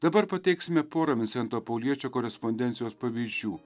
dabar pateiksime porą vincento pauliečio korespondencijos pavyzdžių